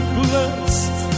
blessed